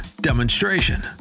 demonstration